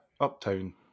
uptown